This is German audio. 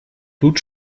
blut